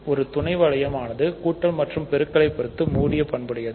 ஒரு துணை வளையம் ஆனது கூட்டல் மற்றும் பெரு களைப் பொறுத்து மூடிய பண்புடையது